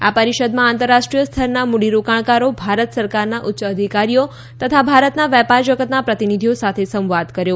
આ પરિષદમાં આંતરરાષ્ટ્રીય સ્તરના મૂડીરોકાણકારો ભારત સરકારના ઉચ્ચ અધિકારીઓ તથા ભારતના વેપાર જગતના પ્રતિનિધિઓ સાથે સંવાદ કર્યો